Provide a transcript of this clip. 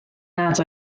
nad